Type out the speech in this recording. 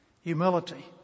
humility